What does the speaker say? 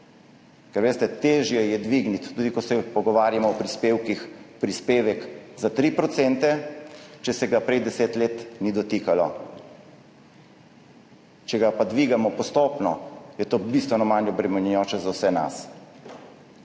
ker, veste, težje je dvigniti, tudi ko se pogovarjamo o prispevkih, prispevek za 3 %, če se ga prej deset let ni dotikalo, če ga pa dvigamo postopno, je to bistveno manj obremenjujoče za vse nas.